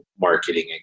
marketing